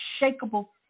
unshakable